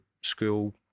school